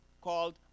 called